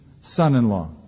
son-in-law